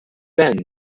ben